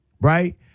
right